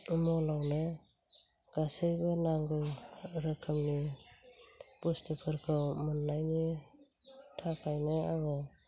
मलावनो गासैबो नांगौ रोखोमनि बुस्तुफोरखौ मोननायनि थाखायनो आङो